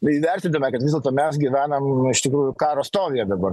įvertintume kad vis dėlto mes gyvenam iš tikrųjų karo stovyje dabar